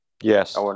Yes